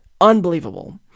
Unbelievable